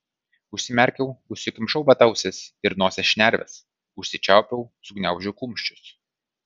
užsimerkiau užsikimšau vata ausis ir nosies šnerves užsičiaupiau sugniaužiau kumščius